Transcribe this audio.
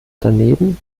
daneben